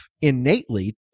innately